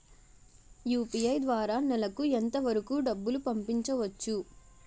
UPI ద్వారా నెలకు ఎంత వరకూ డబ్బులు పంపించవచ్చు?